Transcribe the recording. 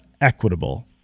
equitable